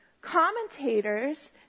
commentators